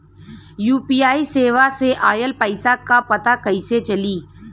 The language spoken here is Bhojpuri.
यू.पी.आई सेवा से ऑयल पैसा क पता कइसे चली?